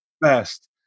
best